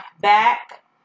back